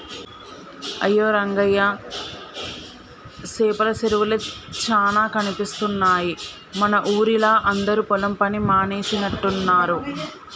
అయ్యో రంగయ్య సేపల సెరువులే చానా కనిపిస్తున్నాయి మన ఊరిలా అందరు పొలం పని మానేసినట్టున్నరు